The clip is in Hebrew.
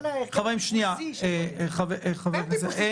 --- על ההרכב הטיפוסי --- אין טיפוסי.